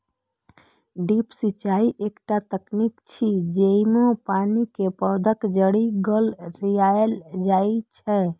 drip सिंचाइ एकटा तकनीक छियै, जेइमे पानि कें पौधाक जड़ि लग गिरायल जाइ छै